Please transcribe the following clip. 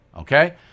Okay